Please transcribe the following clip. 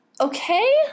Okay